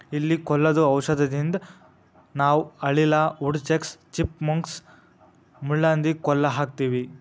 ಇಲಿ ಕೊಲ್ಲದು ಔಷಧದಿಂದ ನಾವ್ ಅಳಿಲ, ವುಡ್ ಚಕ್ಸ್, ಚಿಪ್ ಮಂಕ್ಸ್, ಮುಳ್ಳಹಂದಿ ಕೊಲ್ಲ ಹಾಕ್ತಿವಿ